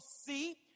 see